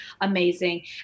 amazing